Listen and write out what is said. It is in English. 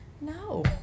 No